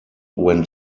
when